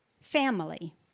family